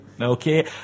Okay